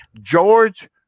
george